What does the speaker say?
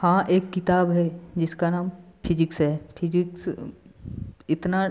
हाँ एक किताब है जिसका नाम फिजिक्स है फिजिक्स इतना